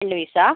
വലിയ പീസ് ആണോ